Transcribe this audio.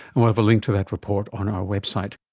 and we'll have a link to that report on our website